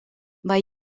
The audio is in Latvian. vai